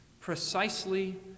precisely